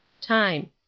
Time